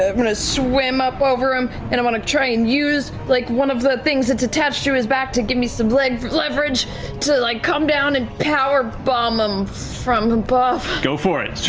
um going to swim up over him, and i'm going to try and use like one of the things that's attached to his back to give me some like leverage to like come down and power-bomb him from above. matt go for it.